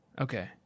Okay